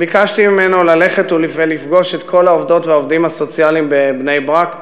וביקשתי ממנו ללכת ולפגוש את כל העובדות והעובדים הסוציאליים בבני-ברק.